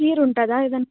ఖీర్ ఉంటుందా ఏదన్నా